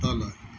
तल